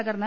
തകർന്ന്